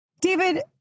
David